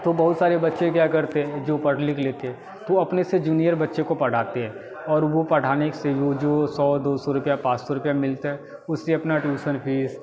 तो बहुत सारे बच्चे क्या करते हैं जो पढ़ लिख लेते हैं तो वो अपने से जूनियर बच्चे को पढ़ाते हैं और वो पढ़ाने से वो जो सौ दो सौ रुपया पाँच सौ रुपया मिलता है उससे अपना ट्यूसन फ़ीस